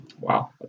Wow